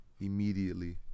immediately